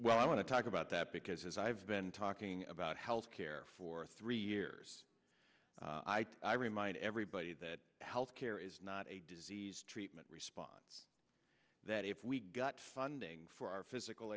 well i want to talk about that because i've been talking about health care for three years i remind everybody that health care is not a disease treatment response that if we got funding for our physical